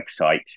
websites